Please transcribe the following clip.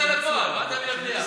נעשה דיון, מה הבעיה?